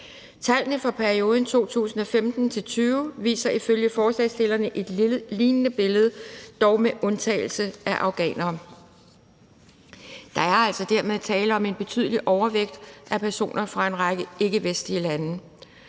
Tallene fra perioden 2015-2020 viser ifølge forslagsstillerne et lignende billede, dog med undtagelse af afghanerne. Der er altså dermed tale om en betydelig overvægt af personer fra en række ikkevestlige lande.